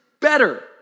better